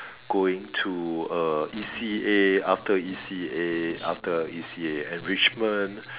going to a E_C_A after E_C_A after E_C_A enrichment